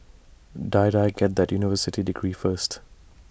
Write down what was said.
Die Die get that university degree first